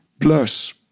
Plus